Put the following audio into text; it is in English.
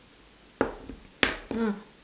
ah